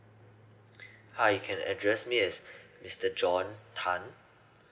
hi you can address me as mister john tan